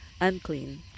unclean